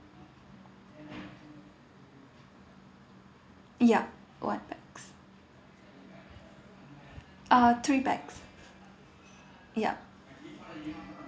yup one pax uh three pax yup